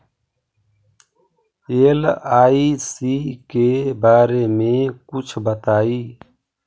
LIC के बारे मे कुछ बताई?